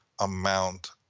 amount